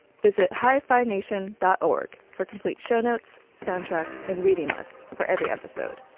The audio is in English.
visit. high five nation dawg for complete show notes. soundtrack and reading list for every episode.